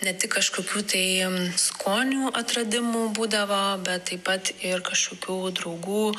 ne tik kažkokių tai skonių atradimų būdavo bet taip pat ir kažkokių draugų